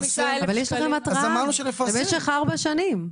אבל יש לכם התראה במשך ארבע שנים.